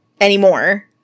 anymore